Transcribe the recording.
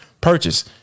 purchase